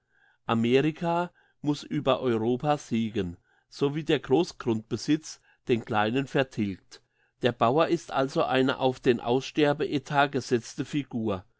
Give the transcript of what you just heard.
amerika muss über europa siegen sowie der grossgrundbesitz den kleinen vertilgt der bauer ist also eine auf den aussterbeetat gesetzte figur